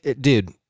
Dude